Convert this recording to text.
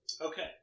Okay